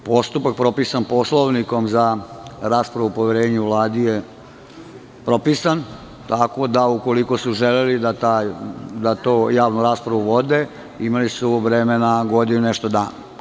Postupak propisan Poslovnikom za raspravu o poverenju Vladi je propisan, tako da ukoliko su želeli da tu javnu raspravu vode, imali su vremena godinu i nešto dana.